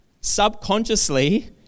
subconsciously